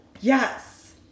Yes